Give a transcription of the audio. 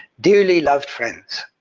dearly loved friends,